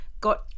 got